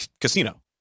Casino